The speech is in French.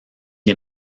est